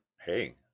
hey